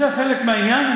זה חלק מהעניין.